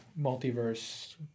multiverse